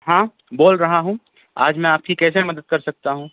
ہاں بول رہا ہوں آج میں آپ کی کیسے مدد کر سکتا ہوں